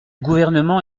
gouvernement